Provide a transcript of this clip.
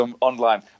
online